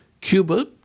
Cuba